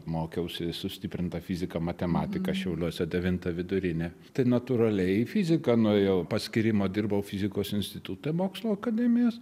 mokiausi sustiprintą fiziką matematiką šiauliuose devintą vidurinę tai natūraliai į fiziką nuėjau paskyrimo dirbau fizikos institute mokslų akademijos